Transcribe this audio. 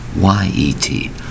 Y-E-T